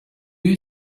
you